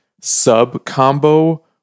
sub-combo